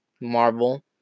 Marvel